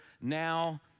now